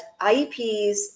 IEPs